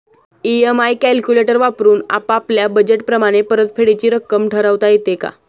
EMI calculator वापरून आपापल्या budget प्रमाणे परतफेडीची रक्कम ठरवता येते का?